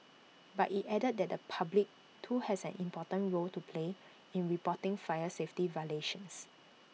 but IT added that the public too has an important role to play in reporting fire safety violations